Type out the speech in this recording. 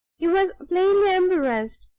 he was plainly embarrassed,